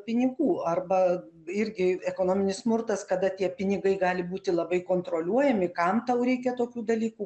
pinigų arba irgi ekonominis smurtas kada tie pinigai gali būti labai kontroliuojami kam tau reikia tokių dalykų